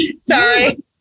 Sorry